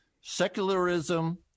secularism